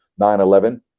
9-11